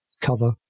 cover